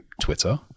Twitter